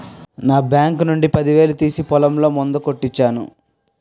నా బాంకు నుండి పదివేలు తీసి పొలంలో మందు కొట్టించాను